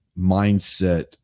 mindset